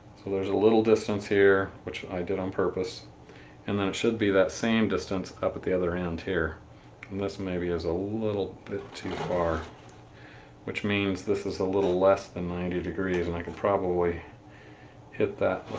so there's a little distance here, which i did on purpose and then it should be that same distance up at the other end here and this maybe there's a little bit too far which means this is a little less than ninety degrees and i can probably hit that